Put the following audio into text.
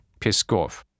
Piskov